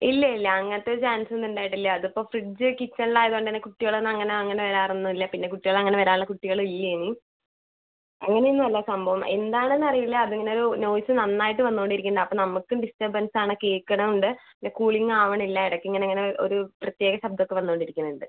ഇല്ല ഇല്ല അങ്ങനത്തെ ഒരു ചാൻസ് ഒന്നും ഉണ്ടായിട്ട് ഇല്ല അപ്പം ഫ്രിഡ്ജ് കിച്ചണിൽ ആയതുകൊണ്ട് തന്നെ കുട്ടികൾ അങ്ങനെ അങ്ങനെ വരാറൊന്നും ഇല്ല പിന്നെ കുട്ടികൾ അങ്ങനെ വരാറുള്ള കുട്ടികളും ഇല്ല ഇനി അങ്ങനെ ഒന്നും അല്ല സംഭവം എന്താണെന്ന് അറിയില്ല അത് ഇങ്ങനെ ഒരു നോയ്സ് നന്നായിട്ട് വന്ന് കൊണ്ട് ഇരിക്കുന്നുണ്ട് അപ്പം നമുക്കും ഡിസ്റ്റർബൻസ് ആണ് കേക്കണും ഉണ്ട് പിന്നെ കൂളിംഗ് ആവണില്ല ഇടക്ക് ഇങ്ങനെ ഇങ്ങനെ ഒരു പ്രത്യേക ശബ്ദം ഒക്കെ വന്നുകൊണ്ട് ഇരിക്കുന്നുണ്ട്